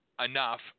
enough